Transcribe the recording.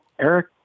Eric